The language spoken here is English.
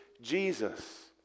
Jesus